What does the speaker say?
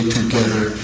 together